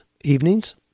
evenings